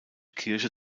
kirche